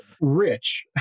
rich